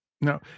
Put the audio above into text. No